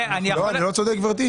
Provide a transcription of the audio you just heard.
לא, אני לא צודק גברתי?